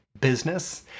business